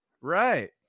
Right